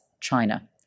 China